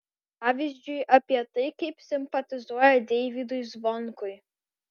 pavyzdžiui apie tai kaip simpatizuoja deivydui zvonkui